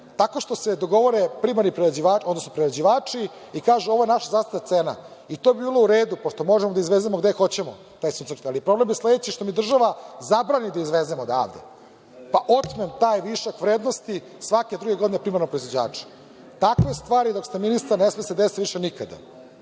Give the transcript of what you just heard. tako što se dogovore primarni, odnosno prerađivači i kažu ovo je naš sastav cena i to bi bilo u redu, pošto možemo da izvezemo gde hoćemo taj suncokret. Ali, problem je sledeći što mi država zabrani da izvezem odavde, pa otmem taj višak vrednosti svake druge godine primarnom proizvođaču. Takve stvari dok ste ministar ne sme se desiti više nikada. Da